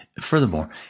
Furthermore